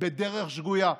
בדרך שגויה.